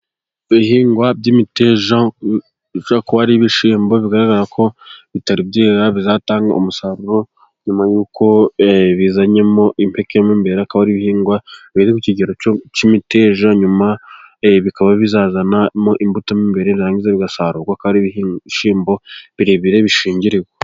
Ibihingwa by'imiteja bishobora kuba ari ibishyimbo bigaragarako bitari byera, bizatanga umusaruro nyuma yuko bizanyemo impeke mo imbere akaba ari ibihingwa biri mu kigero cy'imiteja, nyuma bikaba bizazanamo imbuto mo imbere byarangiza bigasarurwa, bikaba ari ibishyimbo birebire bishingirirwa.